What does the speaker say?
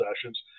sessions